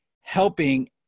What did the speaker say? helping